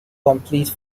complete